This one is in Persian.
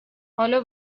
حالا